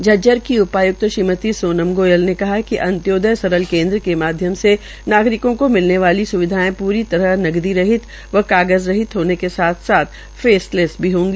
झज्जर के उपाय्क्त श्रीमती सोनम गोयल ने कहा है कि अन्त्योदय सरल केन्द्र के माध्यम से नागरिकों को मिलने वाली सुविधायें प्री तरह नकदी रहित व कागज़ रहित होने के साथ साथ फेसलैस भी होगी